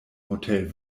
hotel